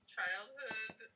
Childhood